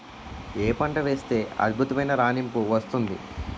ఏ పంట వేస్తే అద్భుతమైన రాణింపు వస్తుంది?